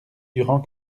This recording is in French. durant